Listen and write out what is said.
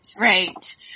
right